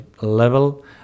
level